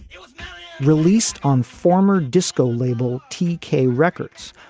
yeah released on former disco label teekay records,